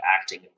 acting